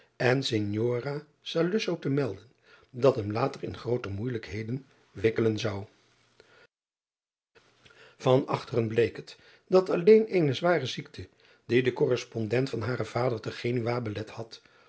en ignora te melden dat hem later in grooter moeijelijkheden wikkelen zou an achteren bleek het dat alleen eene zware ziekte die den korrespondent van haren vader te enua belet had